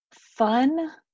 fun